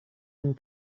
and